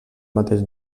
mateix